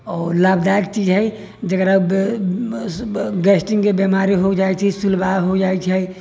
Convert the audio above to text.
ओ लाभदायक चीज है गेस्टिकके बीमारी हो जाइ छै सुलबाइ हो जाइ छै